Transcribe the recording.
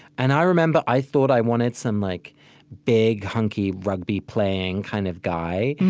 and i remember, i thought i wanted some like big, hunky, rugby-playing kind of guy,